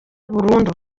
burundu